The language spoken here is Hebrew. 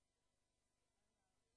הכנסת.